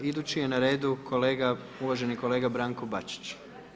Idući je na redu uvaženi kolega Branko Bačić.